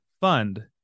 fund